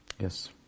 Yes